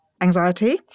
anxiety